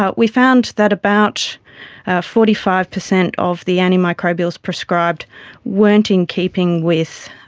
ah we found that about forty five percent of the antimicrobials prescribed weren't in keeping with